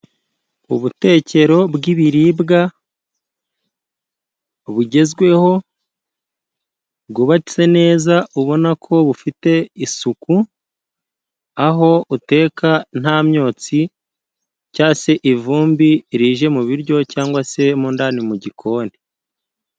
Ubutekero bw'ibiribwa bugezweho, bwubatse neza ubona ko bufite isuku, aho uteka nta myotsi cya se ivumbi rije mu biryo, cyangwa se mo ndani mu gikoni.